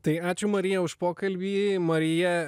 tai ačiū marija už pokalbį marija